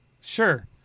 Sure